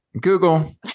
Google